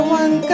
one